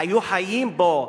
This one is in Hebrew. היו חיים בה.